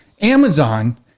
Amazon